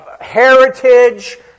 heritage